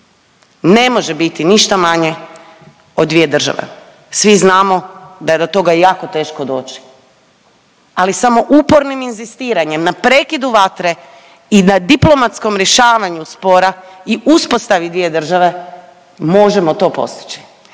ne može biti ništa manje od dvije države. Svi znamo da je do toga jako teško doći, ali samo upornim inzistiranjem na prekidu vatre i na diplomatskom rješavanju spora i uspostavi dvije države možemo to postići.